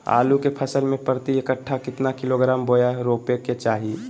आलू के फसल में प्रति कट्ठा कितना किलोग्राम बिया रोपे के चाहि?